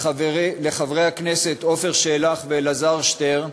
לחברי הכנסת עפר שלח ואלעזר שטרן,